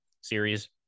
series